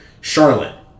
Charlotte